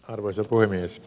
arvoisa puhemies